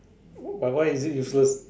but why is it useless